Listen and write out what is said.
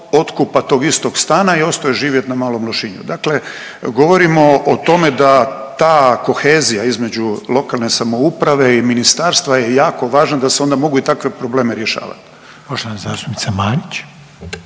otkupa tog istog stana i ostao je živjeti na Malom Lošinju. Dakle, govorimo o tome da ta kohezija između lokalne samouprave i ministarstva je jako važna da se onda mogu i takve probleme rješavat. **Reiner,